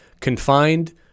confined